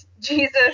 Jesus